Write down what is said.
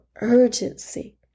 urgency